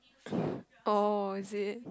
oh is it